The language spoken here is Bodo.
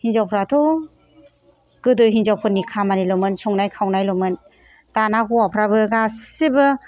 हिनजावफ्राथ' गोदो हिनजावफोरनि खामानिल'मोन संनाय खावनायल'मोन दाना हौवाफ्राबो गासैबो